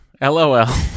Lol